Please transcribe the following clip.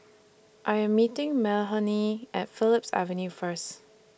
I Am meeting Mahalie At Phillips Avenue First